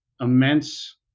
Immense